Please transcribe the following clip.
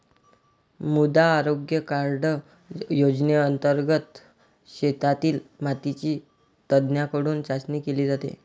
मृदा आरोग्य कार्ड योजनेंतर्गत शेतातील मातीची तज्ज्ञांकडून चाचणी केली जाते